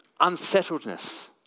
unsettledness